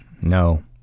No